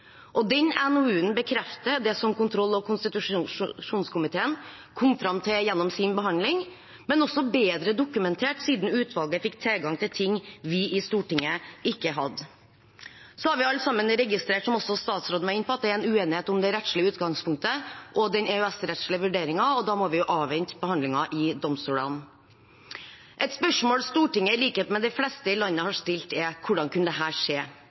Den NOU-en bekrefter det som kontroll- og konstitusjonskomiteen kom fram til gjennom sin behandling, men er også bedre dokumentert, siden utvalget fikk tilgang til ting vi i Stortinget ikke hadde. Så har vi alle sammen registrert, som også statsråden var inne på, at det er en uenighet om det rettslige utgangspunktet og den EØS-rettslige vurderingen, og da må vi jo avvente behandlingen i domstolene. Et spørsmål Stortinget i likhet med de fleste i landet har stilt, også utvalget, er: Hvordan kunne dette skje?